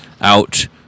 out